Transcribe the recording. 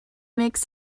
makes